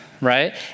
right